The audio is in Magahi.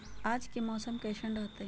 आज के मौसम कैसन रहताई?